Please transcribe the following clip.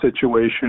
situation